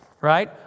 right